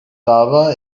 dava